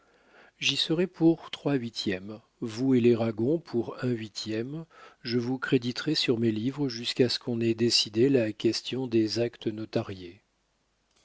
j'y serai pour trois huitièmes vous et les ragon pour un huitième je vous créditerai sur mes livres jusqu'à ce qu'on ait décidé la question des actes notariés